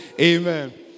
Amen